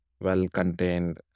well-contained